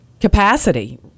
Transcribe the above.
capacity